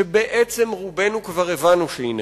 שבעצם רובנו כבר הבנו שהיא נכונה,